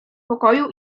pokoju